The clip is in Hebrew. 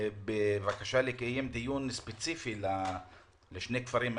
בבקשה לקיים דיון ספציפי על שני הכפרים האלה.